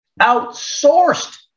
outsourced